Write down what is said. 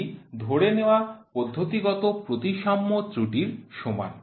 এটি ধরে নেওয়া পদ্ধতিগত প্রতিসাম্য ত্রুটির সমান